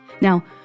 Now